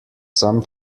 some